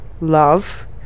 Love